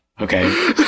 okay